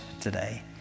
today